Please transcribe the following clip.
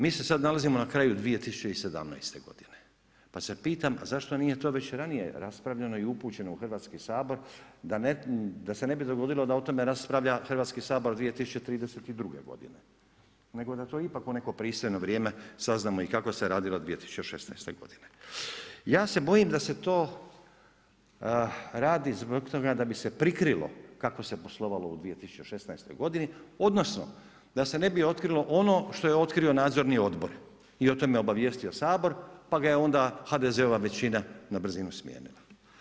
Mi se sada nalazimo na kraju 2017.g. pa se pitam, zašto nije to već ranije raspravljeno i upućeno u Hrvatski sabor, da se ne bi dogodilo, da o tome raspravlja Hrvatski sabor 2032.g. Nego da je to ipak u neko pristojno vrijeme saznamo i kako se radilo 2016.g. Ja se bojim da se to radi zbog toga da bi se prekrilo kako se poslovalo u 2016.g. odnosno, da se ne bi otkrilo ono što je otkrio nadzorni odbor i o tome obavijestio Sabor, pa ga je onda HDZ-ova većina, na brzinu smijenila.